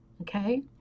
okay